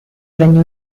regno